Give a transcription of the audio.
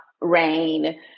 rain